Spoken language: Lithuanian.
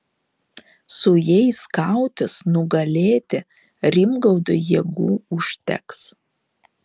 su jais kautis nugalėti rimgaudui jėgų užteks